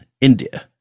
India